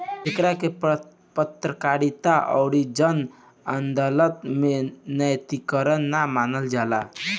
एकरा के पत्रकारिता अउर जन अदालत में नैतिक ना मानल जाला